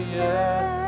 yes